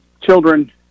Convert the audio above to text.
children